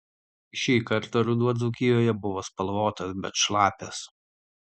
šį kartą ruduo dzūkijoje buvo spalvotas bet šlapias